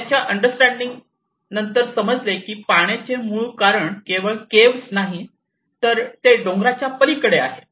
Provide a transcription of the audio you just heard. याच्या अंडरस्टँडिंग नंतर समजले की पाण्याचे मूळ कारण केवळ केव्ह च नाही ते डोंगराच्या पलीकडे आहे